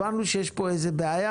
הבנו שיש פה בעיה,